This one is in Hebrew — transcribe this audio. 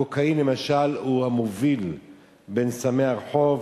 הקוקאין, למשל, הוא המוביל בין סמי הרחוב,